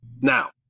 Now